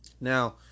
Now